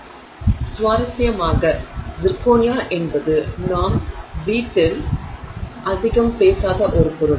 எனவே சுவாரஸ்யமாக சிர்கோனியா என்பது நாம் வீட்டில் அதிகம் பேசாத ஒரு பொருள்